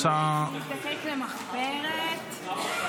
אני רוצה לגעת בנקודה שהיא מאוד מאוד כואבת,